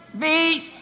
beat